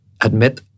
admit